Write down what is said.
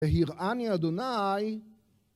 ‫והירעני אדוניי